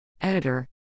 Editor